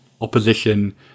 opposition